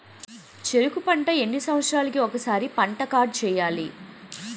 చెరుకు పంట ఎన్ని సంవత్సరాలకి ఒక్కసారి పంట కార్డ్ చెయ్యాలి?